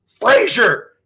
Frazier